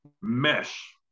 mesh